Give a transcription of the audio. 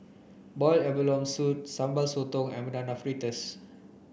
boiled abalone soup sambal sotong and banana fritters